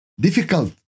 difficult